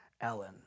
Ellen